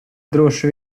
droši